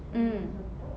mm